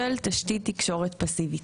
של תשתית תקשורת פסיבית.